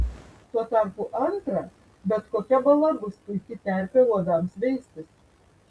tuo tarpu antra bet kokia bala bus puiki terpė uodams veistis